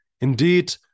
Indeed